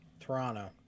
Toronto